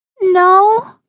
No